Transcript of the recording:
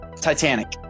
Titanic